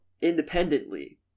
independently